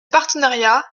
partenariat